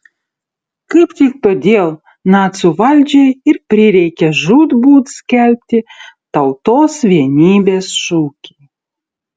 kaip tik todėl nacių valdžiai ir prireikė žūtbūt skelbti tautos vienybės šūkį